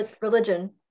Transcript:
religion